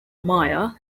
maia